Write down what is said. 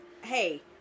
Hey